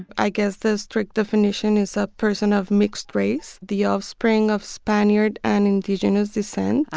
i guess the strict definition is a person of mixed race, the offspring of spaniard and indigenous descent.